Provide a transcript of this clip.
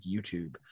YouTube